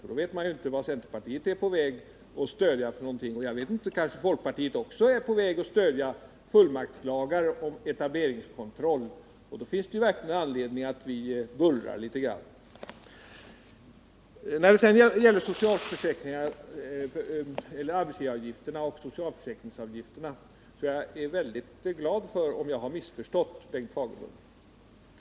Man vet ju inte vad centerpartiet är på väg att stödja. Kanske också folkpartiet är på väg att stödja fullmaktslagen för etableringskontroll. Då finns det verkligen anledning att vi bullrar litet grand. När det gäller arbetsgivaravgifterna och socialförsäkringsavgifterna så är jag väldigt glad om jag har missförstått Bengt Fagerlund.